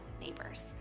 neighbors